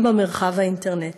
גם במרחב האינטרנטי.